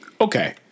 Okay